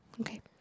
Okay